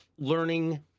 Learning